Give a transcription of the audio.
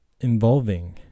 involving